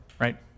Right